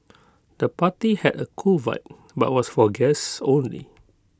the party had A cool vibe but was for guests only